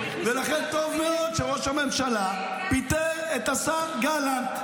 ולכן טוב מאוד שראש הממשלה פיטר את השר גלנט.